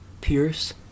pierce